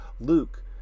Luke